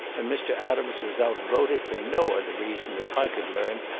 and mr. adams was out-voted for no other reason, that i could learn,